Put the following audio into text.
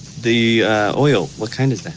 the oil, what kind is